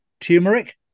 turmeric